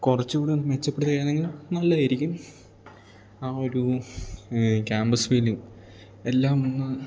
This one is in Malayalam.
കുറച്ചു കൂടിയൊന്ന് മെച്ചപ്പെടുത്തുകയാണെങ്കിൽ നല്ലതായിരിക്കും ആ ഒരു ക്യാമ്പസ് ഫീലിങ് എല്ലാം ഒന്ന്